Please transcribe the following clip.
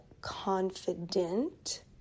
confident